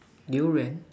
Durian